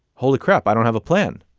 holy crap, i don't have a plan.